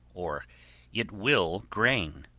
or it will grain.